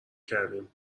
کردیم